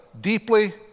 deeply